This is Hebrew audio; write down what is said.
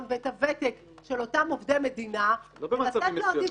ואת הוותק של אותם עובדי מדינה ולתת להם עדיפות.